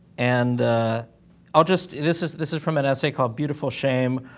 and i'll just. this is this is from an essay called beautiful shame,